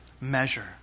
measure